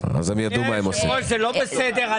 זאת אפליה בלי קשר לאיזה מגזר.